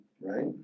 Right